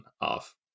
off